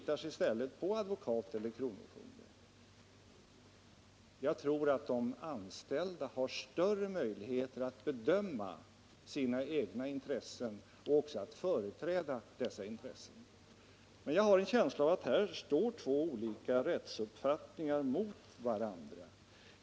Jag tycker detta är en något inkonsekvent hållning. Jag tror att de anställda själva har större möjligheter att bedöma sina egna intressen och att företräda dessa intressen, men jag har en känsla av att två olika rättsuppfattningar här står emot varandra.